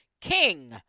King